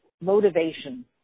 motivation